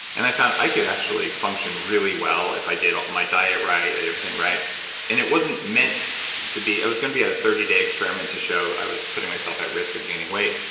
and i found i could actually function really well if i did my diet right, i did everything right and it wasn't meant to be. it was going to be a thirty day experiment to show i was putting myself at risk of gaining weight.